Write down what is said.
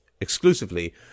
exclusively